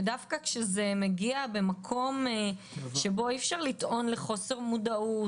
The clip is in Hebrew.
ודווקא כשזה מגיע במקום שבו אי אפשר לטעון לחוסר מודעות,